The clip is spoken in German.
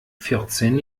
vierzehn